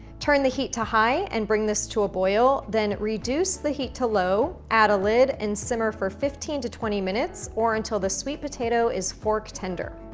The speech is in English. turn the heat to high and bring this to a boil, then reduce the heat to low, add a lid and simmer for fifteen to twenty minutes or until the sweet potato is fork tender.